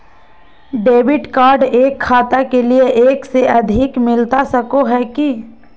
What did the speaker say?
Debit card एक खाता के लिए एक से अधिक मिलता सको है की?